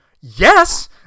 yes